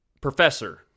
professor